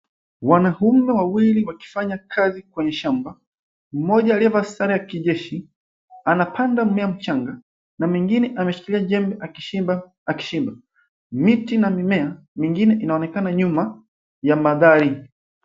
Wanaume wawili wakifanya kazi kwenye shamba. Mmoja aliyevaa sare ya kijeshi anapanda mmea mchanga na mwingine ameshikilia jembe akichimba. Miti na mimea mingine inaonekana nyuma ya magari.